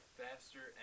faster